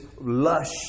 lush